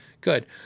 good